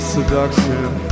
Seduction